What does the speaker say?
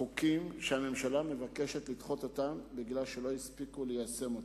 חוקים שהממשלה מבקשת לדחות חוקים כי לא הספיקו ליישם אותם.